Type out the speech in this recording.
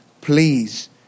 please